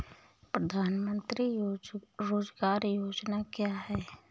प्रधानमंत्री रोज़गार योजना क्या है?